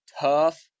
tough